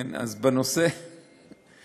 כן, אז, בנושא של